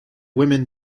women